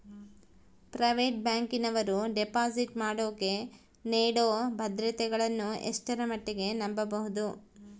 Private ಬ್ಯಾಂಕಿನವರು deposit ಮಾಡೋಕೆ ನೇಡೋ ಭದ್ರತೆಗಳನ್ನು ಎಷ್ಟರ ಮಟ್ಟಿಗೆ ನಂಬಬಹುದು?